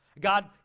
God